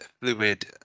fluid